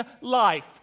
life